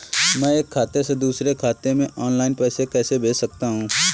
मैं एक खाते से दूसरे खाते में ऑनलाइन पैसे कैसे भेज सकता हूँ?